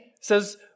says